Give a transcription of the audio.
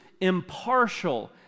impartial